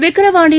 Vikravandi